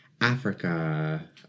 Africa